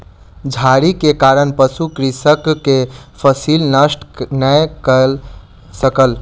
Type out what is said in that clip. झाड़ी के कारण पशु कृषक के फसिल नष्ट नै कय सकल